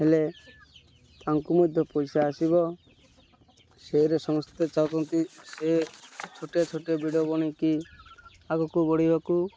ହେଲେ ତାଙ୍କୁ ମଧ୍ୟ ପଇସା ଆସିବ ସେରେ ସମସ୍ତେ ଚାହୁଁଚଛନ୍ତି ସେ ଛୋଟ ଛୋଟ ଭିଡ଼ିଓ ବନେଇକି ଆଗକୁ ବଢ଼ିବାକୁ